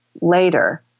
later